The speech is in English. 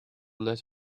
let